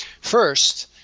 First